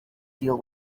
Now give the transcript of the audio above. deal